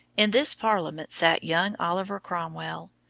in this parliament sat young oliver cromwell.